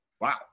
Wow